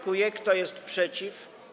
Kto jest przeciw?